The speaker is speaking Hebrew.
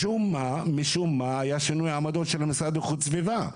משום מה היה שינוי בעמדות של המשרד לאיכות הסביבה.